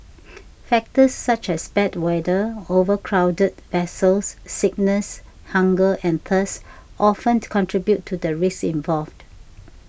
factors such as bad weather overcrowded vessels sickness hunger and thirst often contribute to the risks involved